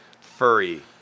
furry